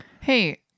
hey